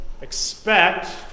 Expect